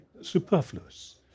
superfluous